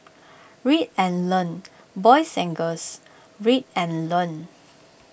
read and learn boys and girls read and learn